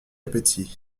appétit